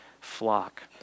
flock